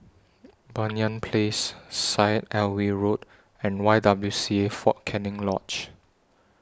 Banyan Place Syed Alwi Road and Y W C A Fort Canning Lodge